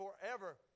forever